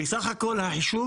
בסך הכול מהחישוב